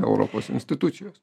europos institucijos